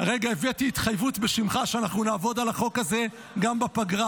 הרגע הבאתי התחייבות בשמך שאנחנו נעבוד על החוק הזה גם בפגרה,